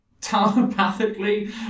telepathically